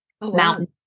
mountain